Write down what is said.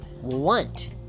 want